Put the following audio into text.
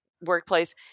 workplace